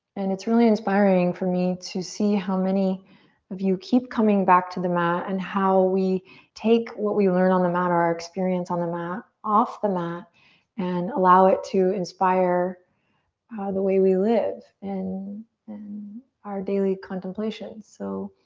and it's really inspiring for me to see how many of you keep coming back to the mat and how we take what we learn on the mat or our experience on the mat off the mat and allow it to inspire ah the way we live. live. and in our daily contemplation. so,